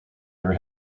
never